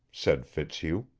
said fitzhugh.